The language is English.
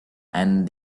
and